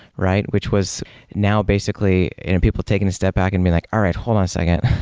right? which was now basically people taking a step back and being like, all right. hold on a second.